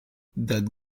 that